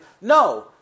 no